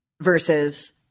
versus